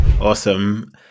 Awesome